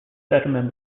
settlement